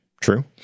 true